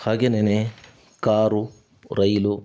ಹಾಗೆನೇ ಕಾರು ರೈಲು